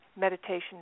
meditation